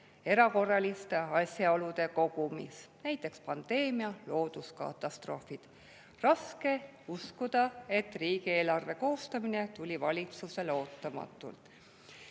erakorraliste asjaolude kogumis, näiteks pandeemia või looduskatastroofid. Raske uskuda, et riigieelarve koostamine tuli valitsusele ootamatult.